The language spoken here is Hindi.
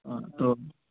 हाँ तो